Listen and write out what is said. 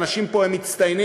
אנשים פה הם מצטיינים,